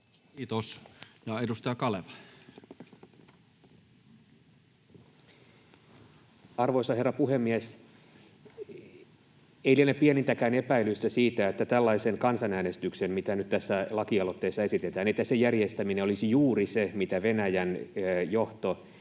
Time: 20:46 Content: Arvoisa herra puhemies! Ei liene pienintäkään epäilystä siitä, että tällaisen kansanäänestyksen, mitä nyt tässä lakialoitteessa esitetään, järjestäminen olisi juuri se, mitä Venäjän johto